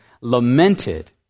lamented